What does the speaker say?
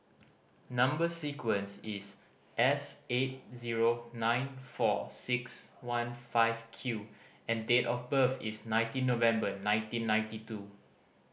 number sequence is S eight zero nine four six one five Q and date of birth is nineteen November nineteen ninety two